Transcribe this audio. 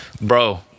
Bro